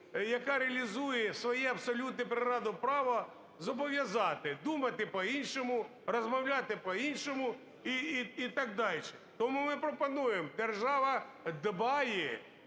яка реалізує своє абсолютно природне право, зобов'язати думати по-іншому, розмовляти по-іншому і так дальше? Тому ми пропонуємо: "Держава дбає